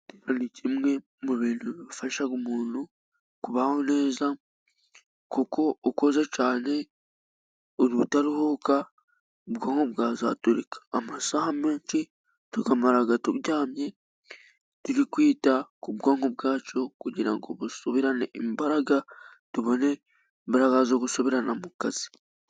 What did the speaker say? Ni kimwe mu bintu bifasha umuntu kubaho neza kuko ukoze cyane ubutaruhuka ubwonko bwazaturika. Amasaha menshi tuyamara turyamye, turi kwita ku bwonko bwacu kugira ngo busubirane imbaraga tubone imbaraga zo gusubirana mu kazi.